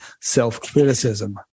self-criticism